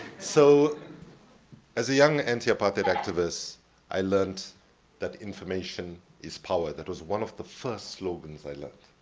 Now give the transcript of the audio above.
so as a young antiapartheid activist i learned that information is power. that was one of the first slogans i learned.